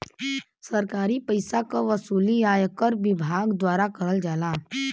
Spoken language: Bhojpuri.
सरकारी पइसा क वसूली आयकर विभाग द्वारा करल जाला